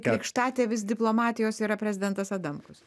krikštatėvis diplomatijos yra prezidentas adamkus